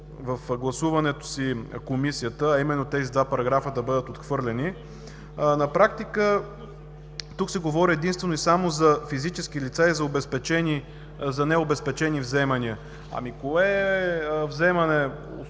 в гласуването си Комисията, а именно тези два параграфа да бъдат отхвърлени. На практика тук се говори единствено и само за физически лица и за необезпечени вземания. Ами, кое вземане,